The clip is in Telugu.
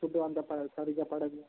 ఫుడ్ అంత ప సరిగ్గా పడదు